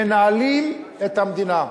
מנהלים את המדינה.